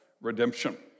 redemption